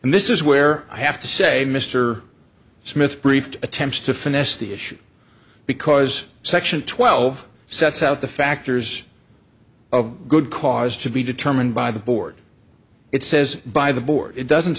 and this is where i have to say mr smith briefed attempts to finesse the issue because section twelve sets out the factors of good cause to be determined by the board it says by the board it doesn't